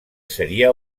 seria